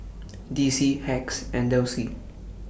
D C Hacks and Delsey